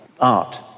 art